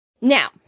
Now